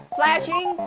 flashing,